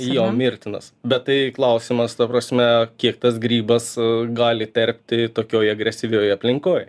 jo mirtinas bet tai klausimas ta prasme kiek tas grybas gali terpti tokioj agresyvioj aplinkoj